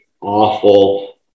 awful